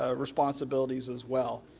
ah responsibiliies as well.